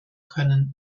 können